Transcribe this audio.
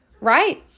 right